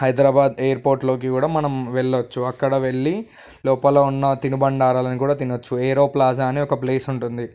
Hyderabad air పోర్ట్లోకి కూడా మనం వెళ్ళొచ్చు అక్కడ వెళ్ళి లోపల ఉన్న తినుబండారాలను కూడా తినొచ్చు ఏరోప్లాజా అని ఒక ప్లేస్ ఉంటుంది